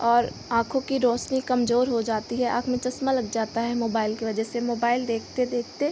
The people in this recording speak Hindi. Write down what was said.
और आँखों की रौशनी कमज़ोर हो जाती है आँख में चश्मा लग जाता है मोबाइल की वजह से मोबाइल देखते देखते